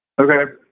Okay